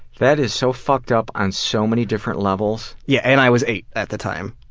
that is so fucked-up on so many different levels yeah, and i was eight at the time.